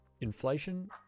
inflation